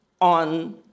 on